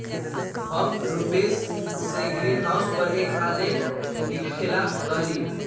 हम रूपेश से ग्रीनहाउस पर एक आलेख लिखेला कहली